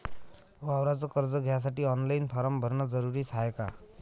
वावराच कर्ज घ्यासाठी ऑनलाईन फारम भरन जरुरीच हाय का?